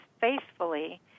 faithfully